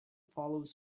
follows